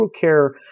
Care